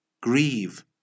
Grieve